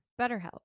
BetterHelp